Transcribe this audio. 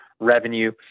revenue